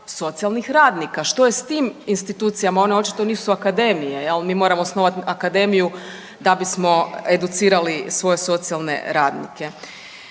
socijalnih radnika. Što je s tim institucijama, one očito nisu akademije jel. Mi moramo osnovat akademiju da bismo educirali svoje socijalne radnike